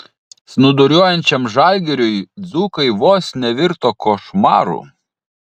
snūduriuojančiam žalgiriui dzūkai vos nevirto košmaru